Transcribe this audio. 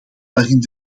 waarin